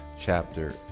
chapter